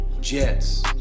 Jets